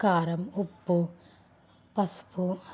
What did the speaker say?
కారం ఉప్పు పసుపు